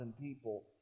people